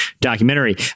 documentary